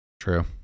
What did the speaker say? True